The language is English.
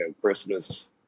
Christmas